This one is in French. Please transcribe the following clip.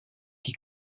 qui